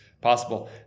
possible